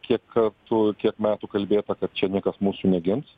kiek kartų kiek metų kalbėta kad čia niekas mūsų negins